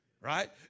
Right